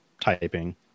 typing